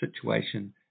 situation